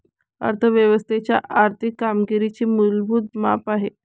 अर्थ व्यवस्थेच्या आर्थिक कामगिरीचे मूलभूत माप आहे